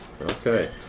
Okay